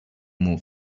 more